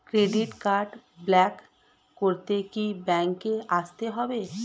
Credit card block করতে কি ব্যাংকে আসতে হবে?